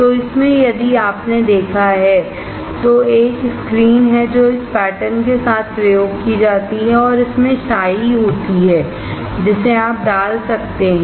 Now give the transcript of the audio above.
तो इसमें यदि आपने देखा है तो एक स्क्रीन है जो इस पैटर्न के साथ प्रयोग की जाती है और इसमें स्याही होती है जिसे आप डाल सकते हैं